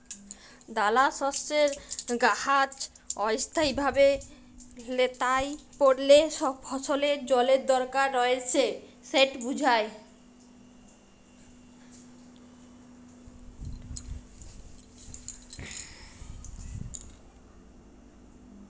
দালাশস্যের গাহাচ অস্থায়ীভাবে ল্যাঁতাই পড়লে ফসলের জলের দরকার রঁয়েছে সেট বুঝায়